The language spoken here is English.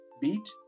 beat